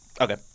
Okay